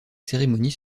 cérémonies